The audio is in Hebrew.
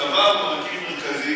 הצבא הוא מרכיב מרכזי,